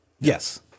Yes